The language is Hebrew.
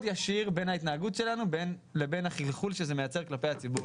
ישיר בין ההתנהגות שלנו והחלחול שזה מייצר כלפי הציבור,